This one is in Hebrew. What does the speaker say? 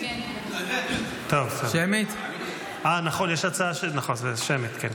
נכון, זה שמית, כן.